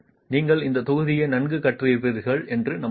நீங்கள் இந்த தொகுதியை நன்கு கற்றிருப்பீர்கள் என்று நம்புகிறேன்